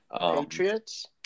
Patriots